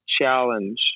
challenge